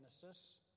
Genesis